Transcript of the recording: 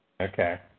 Okay